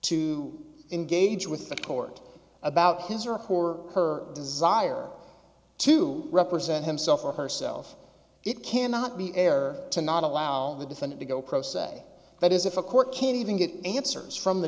to engage with the court about his or poor or her desire to represent himself or herself it cannot be err to not allow the defendant to go pro se that is if a court can't even get answers from the